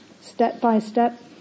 step-by-step